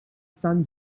san